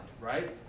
right